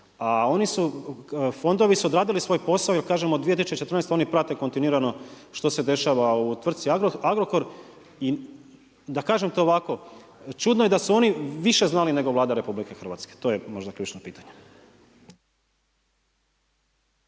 a oni su, fondovi su odradili svoj posao, jer kažemo 2014. oni prate kontinuirano što se dešava u tvrtki Agrokor i da kažem to ovako, čudno je da su oni više znali nego Vlada RH, to je možda ključno pitanje.